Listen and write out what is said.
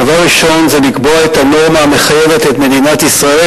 דבר ראשון זה לקבוע את הנורמה המחייבת את מדינת ישראל,